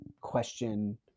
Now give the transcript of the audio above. question